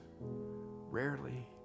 rarely